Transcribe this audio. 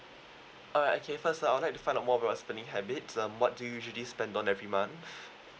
alright okay first I would like find out more about your spending habits um what do you usually spend on every month